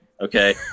Okay